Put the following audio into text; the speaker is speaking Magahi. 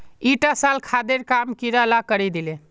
ईटा साल खादेर काम कीड़ा ला करे दिले